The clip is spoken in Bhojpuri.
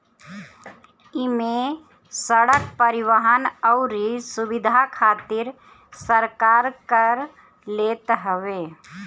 इमे सड़क, परिवहन अउरी सुविधा खातिर सरकार कर लेत हवे